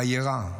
וירא,